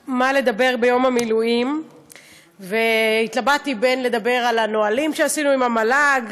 מה לדבר ביום המילואים והתלבטתי בין לדבר על הנהלים שעשינו עם המל"ג,